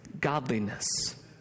godliness